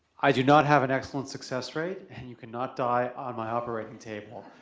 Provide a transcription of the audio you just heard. i do not have an excellent success rate and you cannot die on my operating table,